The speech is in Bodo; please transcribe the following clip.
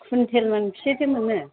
कुइन्टेल मोनबसेथो मोनो